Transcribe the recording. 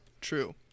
True